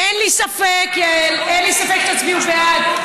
אין לי ספק, יעל, אין לי ספק שתצביעו בעד.